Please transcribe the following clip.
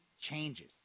changes